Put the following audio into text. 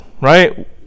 right